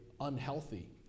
unhealthy